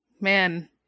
man